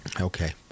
Okay